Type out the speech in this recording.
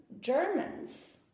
Germans